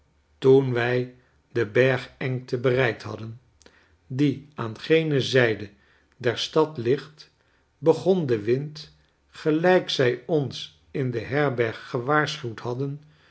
toen wij de bergengte bereikt hadden die aan gene zijde der stad ligt begon de wind gelijk zij ons in de herberg gewaarschuwd hadden